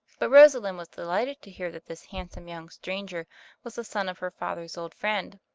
but rosalind was delighted to hear that this handsome young stranger was the son of her father's old friend,